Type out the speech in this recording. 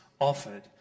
offered